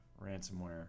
ransomware